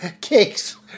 Cakes